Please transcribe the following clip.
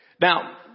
Now